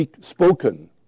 spoken